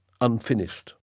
unfinished